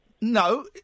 No